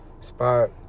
spot